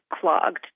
clogged